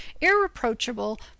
irreproachable